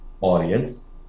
audience